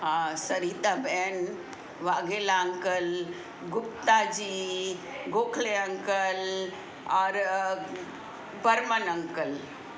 हा सरिता बहन Vaghela uncle Gupta ji Gokhale uncle और बर्मन अंकल